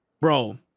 bro